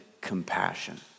compassion